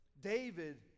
David